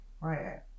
Right